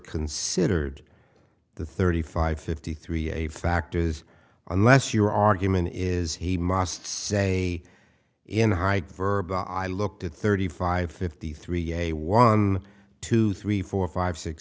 considered the thirty five fifty three a factors unless your argument is he must say in height vrba i looked at thirty five fifty three a one two three four five six